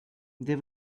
they